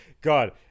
God